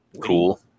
Cool